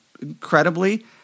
incredibly